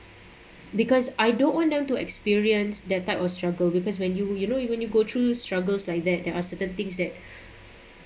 because I don't want them to experience that type of struggle because when you you know even you go through struggles like that there are certain things that